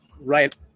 right